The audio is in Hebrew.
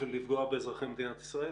לפגוע באזרחי מדינת ישראל.